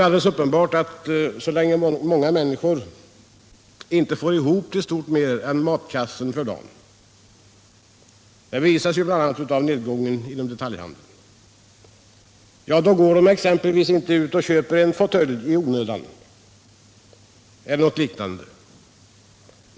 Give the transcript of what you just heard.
I ett läge då många människor inte får ihop till stort mer än matkassen för dagen — det bevisas ju bl.a. av nedgången inom detaljhandeln — går de exempelvis inte ut och köper en ny fåtölj eller något liknande.